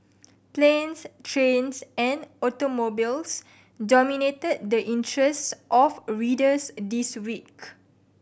planes trains and automobiles dominated the interests of readers this week